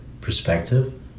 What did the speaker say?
perspective